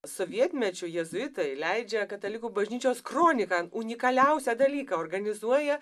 sovietmečiu jėzuitai leidžia katalikų bažnyčios kroniką unikaliausią dalyką organizuoja